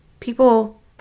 People